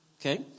Okay